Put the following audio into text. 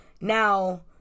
Now